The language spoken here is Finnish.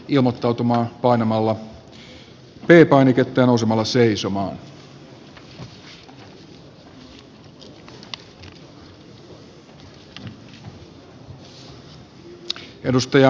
odotetaan hetken aikaa että ministerit ehtivät aitioon